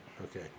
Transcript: Okay